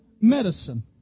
medicine